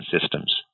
systems